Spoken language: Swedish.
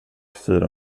styra